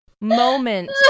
moment